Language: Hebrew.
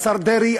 השר דרעי,